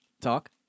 Talk